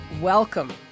welcome